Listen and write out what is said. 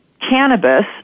cannabis